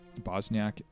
Bosniak